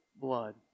blood